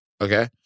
okay